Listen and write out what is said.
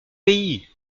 pays